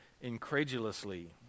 incredulously